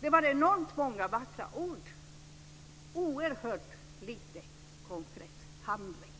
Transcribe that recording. Det var enormt många vackra ord, oerhört lite konkret handling.